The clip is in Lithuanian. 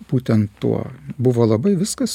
būtent tuo buvo labai viskas